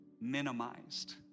minimized